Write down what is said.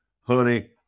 Honey